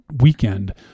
weekend